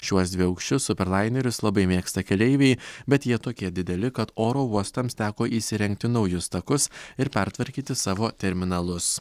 šiuos dviaukščius superlainerius labai mėgsta keleiviai bet jie tokie dideli kad oro uostams teko įsirengti naujus takus ir pertvarkyti savo terminalus